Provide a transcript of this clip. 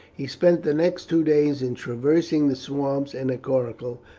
he spent the next two days in traversing the swamps in a coracle,